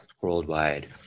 Worldwide